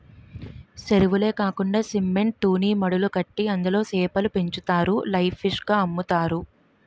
సెరువులే కాకండా సిమెంట్ తూనీమడులు కట్టి అందులో సేపలు పెంచుతారు లైవ్ ఫిష్ గ అమ్ముతారు